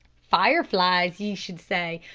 fire-flies, ye should say.